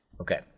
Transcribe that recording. Okay